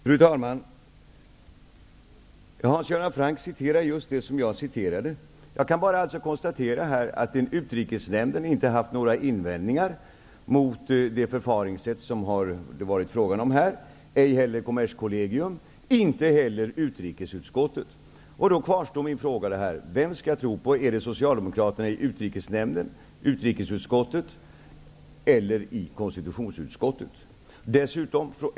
Fru talman! Hans Göran Franck citerar just det som jag citerade. Jag kan bara konstatera att utrikesnämnden inte har haft några invändningar mot det förfaringssätt som det här har varit fråga om -- ej heller Kommerskollegium eller utrikesutskottet. Min fråga kvarstår: Vem skall jag tro på? Skall jag tro på socialdemokraterna i utrikesnämnden, i utrikesutskottet eller i konstitutionsutskottet?